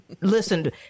listen